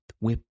whip